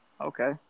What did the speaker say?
Okay